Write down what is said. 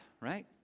right